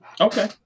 Okay